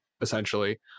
essentially